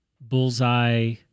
bullseye